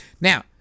Now